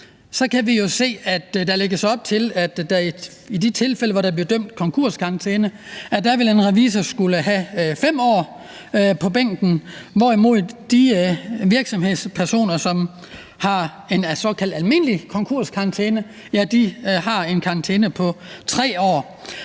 så kan vi jo se, at der lægges op til, at i de tilfælde, hvor der bliver dømt konkurskarantæne, vil en revisor skulle have 5 år på bænken, hvorimod de virksomhedspersoner, som har en såkaldt almindelig konkurskarantæne, har en karantæne på 3 år.